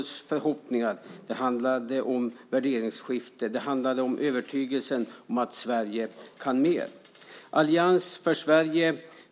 Hur kan ni försvara en sådan politik?